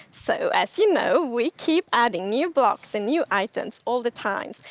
so as you know, we keep adding new blocks and new items all the time.